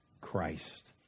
Christ